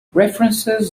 references